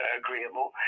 agreeable